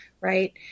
right